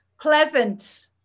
pleasant